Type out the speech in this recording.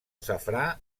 safrà